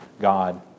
God